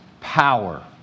power